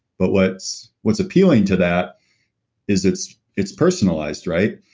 but what's what's appealing to that is it's it's personalized, right?